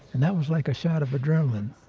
and that was like a shot of adrenaline.